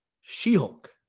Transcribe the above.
She-Hulk